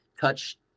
touch